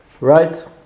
right